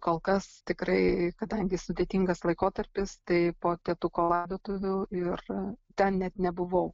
kol kas tikrai kadangi sudėtingas laikotarpis tai po tėtuko laidotuvių ir ten net nebuvau